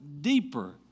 deeper